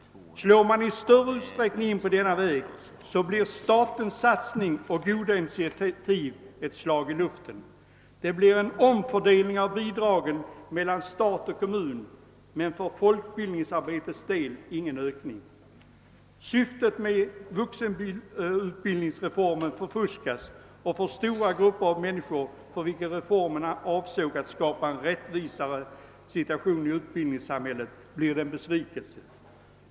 Slår man i större utsträckning in på denna väg, blir statens satsning och goda initiativ ett slag 1 luften. Det blir en omfördelning av bidragen mellan stat och kommun men för folkbildningsarbetets del ingen ökning. Syftet med folkutbildningsreformen förfuskas och för stora grupper människor, för vilka reformerna avsåg att skapa en rättvisare situation i ut bildningssamhället, blir det en besvikelse.